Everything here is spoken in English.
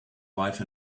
wife